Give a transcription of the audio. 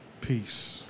Peace